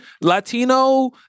Latino